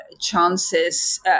chances